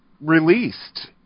released